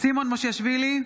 סימון מושיאשוילי,